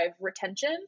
retention